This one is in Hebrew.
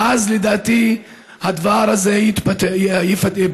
ואז לדעתי הדבר הזה ייפתר.